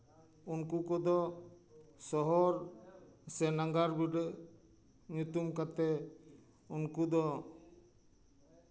ᱩᱱᱠᱩ ᱠᱚᱫᱚ ᱥᱚᱦᱚᱨ ᱥᱮ ᱱᱟᱜᱟᱨ ᱵᱤᱰᱟᱹᱜ ᱧᱩᱛᱩᱢ ᱠᱟᱛᱮ ᱩᱱᱠᱩ ᱫᱚ